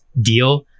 deal